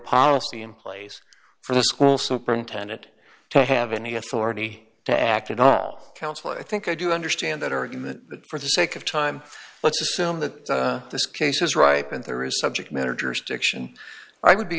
policy in place for the school superintendent to have any authority to act at all counsel i think i do understand that argue that for the sake of time let's assume that this case is ripe and there is subject matter jurisdiction i would be